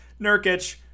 Nurkic